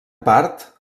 part